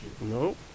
no